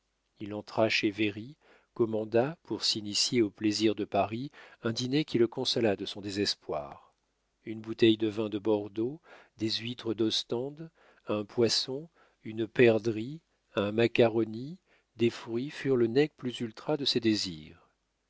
il entra chez véry commanda pour s'initier aux plaisirs de paris un dîner qui le consolât de son désespoir une bouteille de vin de bordeaux des huîtres d'ostende un poisson une perdrix un macaroni des fruits furent le nec plus ultra de ses désirs